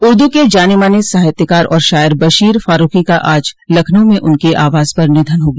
उर्दू के जाने माने साहित्यकार और शायर बशीर फारूको का आज लखनऊ में उनके आवास पर निधन हो गया